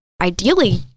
ideally